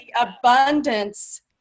abundance